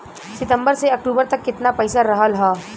सितंबर से अक्टूबर तक कितना पैसा रहल ह?